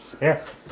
Yes